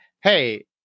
hey